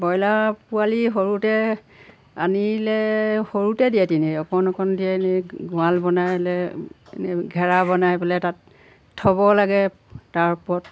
বইলাৰৰ পোৱালি সৰুতে আনিলে সৰুতে দিয়ে তেনেই অকণ অকণ দিয়েনে গঁৰাল বনাই দিলে এনে ঘেড়া বনাই পেলাই তাত থ'ব লাগে তাৰ ওপৰত